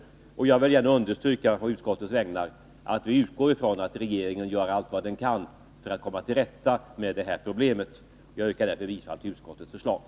Jag vill gärna understryka på utskottets vägnar att vi utgår från att regeringen gör allt för att komma till rätta med detta problem. Jag yrkar bifall till utskottets hemställan.